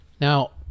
Now